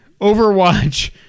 Overwatch